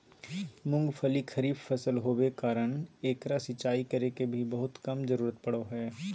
मूंगफली खरीफ फसल होबे कारण एकरा सिंचाई करे के भी बहुत कम जरूरत पड़ो हइ